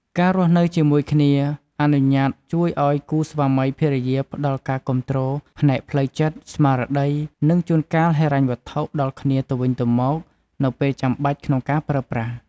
ការរស់នៅជាមួយគ្នាអនុញ្ញាតជួយឱ្យគូស្វាមីភរិយាផ្ដល់ការគាំទ្រ ផ្នែកផ្លូវចិត្ត ស្មារតី និងជួនកាលហិរញ្ញវត្ថុ ដល់គ្នាទៅវិញទៅមកនៅពេលចាំបាច់ក្នុងការប្រើប្រាស់។